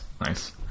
Nice